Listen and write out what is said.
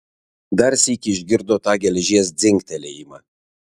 dar sykį išgirdo tą geležies dzingtelėjimą